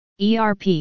ERP